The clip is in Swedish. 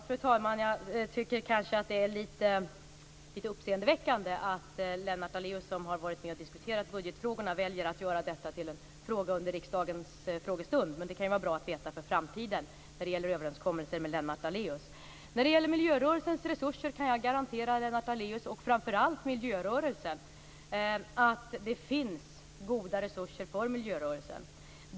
Fru talman! Det är litet uppseendeväckande att Lennart Daléus, som har varit med och diskuterat budgetfrågorna, väljer att göra detta till en fråga under riksdagens frågestund. Men det kan ju vara bra att veta inför framtiden när det gäller överenskommelser med Lennart Daléus. När det gäller miljörörelsens resurser kan jag garantera Lennart Daléus, och framför allt miljörörelsen, att det finns goda resurser för miljörörelsen.